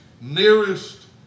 nearest